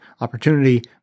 opportunity